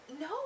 No